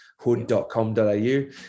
hood.com.au